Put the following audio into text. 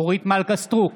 אורית מלכה סטרוק,